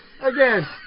again